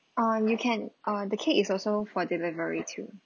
uh you can uh the cake is also for delivery too